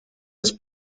des